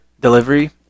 Delivery